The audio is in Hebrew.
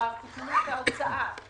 תכננו את ההוצאה,